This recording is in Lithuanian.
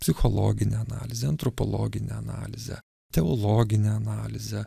psichologinę analizę antropologinę analizę teologinę analizę